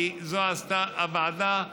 כי את זה עשתה הוועדה.